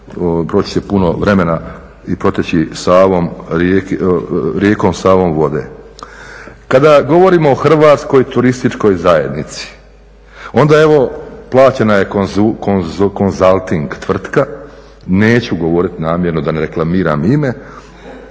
Hrvatskoj turističkoj zajednici, onda evo plaćena je konzalting tvrtka, neću govoriti namjerno da ne reklamiram ime